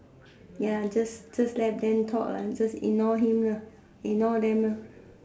ya just just let them talk ah just ignore him lah ignore them lah